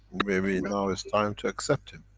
maybe now it's time to accept him.